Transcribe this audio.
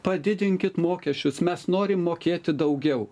padidinkit mokesčius mes norim mokėti daugiau